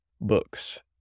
books